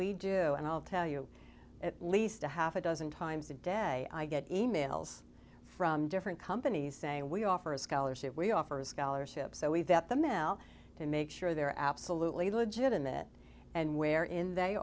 we do and i'll tell you at least a half a dozen times a day i get e mails from different companies saying we offer a scholarship we offer a scholarship so we that the mel to make sure they're absolutely legit in that and where in they